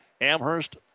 Amherst